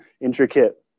intricate